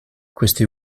questi